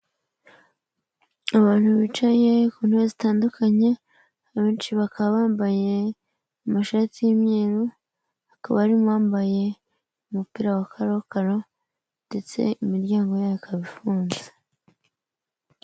Abantu bicaye ku ntebe zitandukanye, abenshi bakaba bambaye amashati y'imyeru, hakaba hari n'uwambaye umupira wa karokaro ndetse imiryango yawo ikaba ifunze.